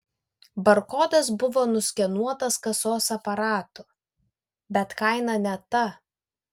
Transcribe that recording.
barkodas buvo nuskenuotas kasos aparatu bet kaina ne ta